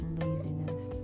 laziness